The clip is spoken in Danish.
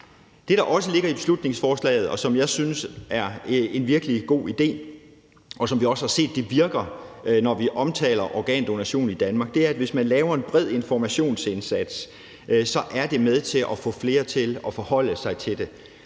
Det, der også ligger i beslutningsforslaget, og som jeg synes er en virkelig god idé, og som vi også har set virker, når vi omtaler organdonation i Danmark, er, at hvis man laver en bred informationsindsats, er det med til at få flere til at forholde sig til det.